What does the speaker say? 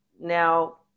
now